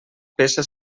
peça